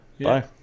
Bye